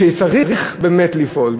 שכשצריך באמת לפעול,